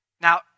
Now